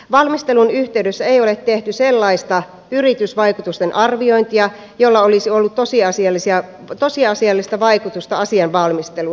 valmistelun yhteydessä ei ole tehty sellaista yritysvaikutusten arviointia jolla olisi ollut tosiasiallista vaikutusta asian valmisteluun